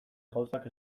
gauzak